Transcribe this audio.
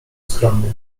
skromnie